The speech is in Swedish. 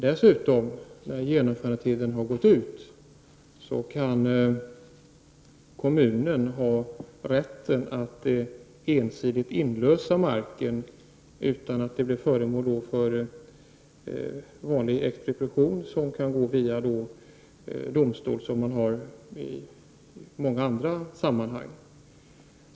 När genomförandetiden har gått ut kan kommunen dessutom ha rätt att ensidigt inlösa marken utan att detta blir föremål för vanlig expropriation som kan gå via domstol, vilket förekommer i många andra sammanhang.